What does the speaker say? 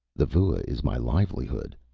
the vua is my livelihood,